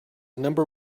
number